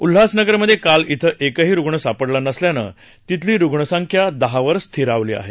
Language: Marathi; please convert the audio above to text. उल्हासनगरमध्ये काल शि एकही रुग्ण सापडला नसल्यानं तिथली रुग्णसंख्या दहावर स्थिरावली आहे